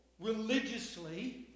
religiously